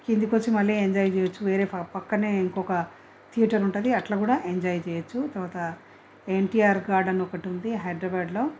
కిందకొచ్చి మళ్ళీ ఎంజాయ్ చేయచ్చు వేరే పక్కనే ఇంకొక థియేటర్ ఉంటుంది అట్లా కూడా ఎంజాయ్ చేయొచ్చు తర్వాత ఎన్టీఆర్ గార్డెన్ ఒకటి ఉంది హైదరాబాదులో